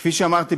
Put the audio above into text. כפי שאמרתי,